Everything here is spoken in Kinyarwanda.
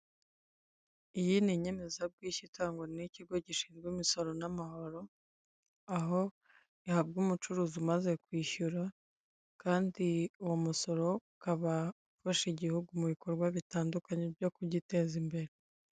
Iyi ni inyemeza bwishyu itangwa n'ikigo gishinzwe imisoro n'amahoro, aho ihabwa umucuruzi umaze kwishyura, kandi uwo musoro ukaba ufasha igihugu mu bikorwa bitandukanye byo kugiteza imbere.